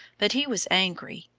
but he was angry,